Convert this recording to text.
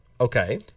Okay